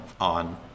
on